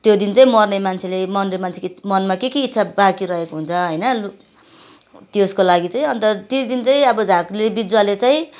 त्यो दिन चाहिँ मर्ने मान्छेले मर्ने मान्छेको मनमा के के इच्छा बाँकि रहेको हुन्छ होइन त्यसको लागि चाहिँ अन्त त्यो दिन चाहिँ झाँक्री विजुवाले चाहिँ